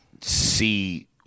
see